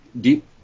deep